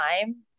time